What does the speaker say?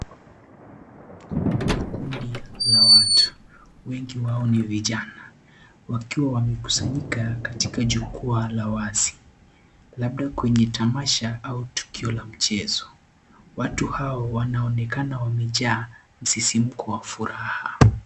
Ni kundi la watu wengi wao ni vijana wakiwa wamekusanyika katika jukwaa la wazi labda kwenye tamasha au tukio la mchezo watu hao wanaonekana wamejaa msisimko wa furaha.